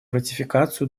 ратификацию